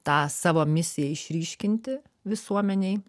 tą savo misiją išryškinti visuomenei